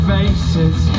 Faces